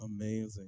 amazing